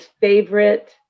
favorite